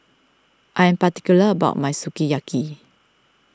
I am particular about my Sukiyaki